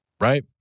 right